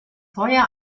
feuer